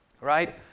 Right